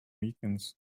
weekends